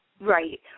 Right